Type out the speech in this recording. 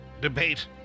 debate